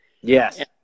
Yes